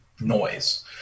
noise